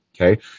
okay